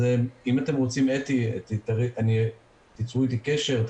אם אתם רוצים תצרו איתי קשר,